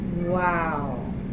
Wow